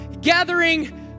gathering